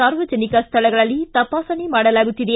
ಸಾರ್ವಜನಿಕ ಸ್ಥಳಗಳಲ್ಲಿ ತಪಾಸಣೆ ಮಾಡಲಾಗುತ್ತಿದೆ